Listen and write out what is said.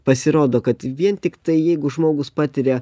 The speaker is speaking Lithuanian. pasirodo kad vien tiktai jeigu žmogus patiria